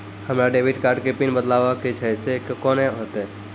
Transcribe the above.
हमरा debit card के PIN बदलबावै के छैं से कौन होतै?